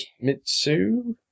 Mitsu